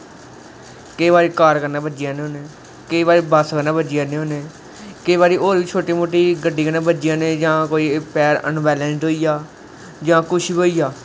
केईं बारी कार कन्नै बज्जी जन्ने होन्ने केईं बारी बस कन्नै बज्जी जन्ने होन्ने केईं बारी होर बी छोटी मोटी गड्डी कन्नै बजी जन्ने होन्ने जां कोई पैर अनवेलेंस होई गेआ जां कुछ बी होई गेआ